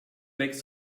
makes